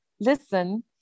listen